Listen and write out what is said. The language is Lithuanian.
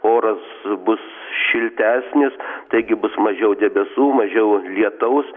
oras bus šiltesnis taigi bus mažiau debesų mažiau lietaus